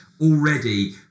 already